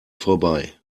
vorbei